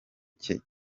cye